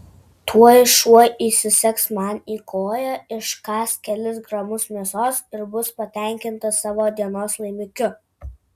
tuoj šuo įsisegs man į koją iškąs kelis gramus mėsos ir bus patenkintas savo dienos laimikiu